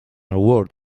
award